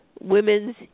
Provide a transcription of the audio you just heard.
women's